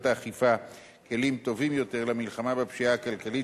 האכיפה כלים טובים יותר למלחמה בפשיעה הכלכלית,